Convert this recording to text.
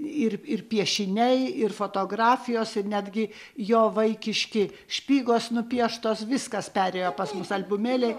ir ir piešiniai ir fotografijos ir netgi jo vaikiški špygos nupieštos viskas perėjo pas mus albumėliai